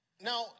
Now